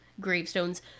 gravestones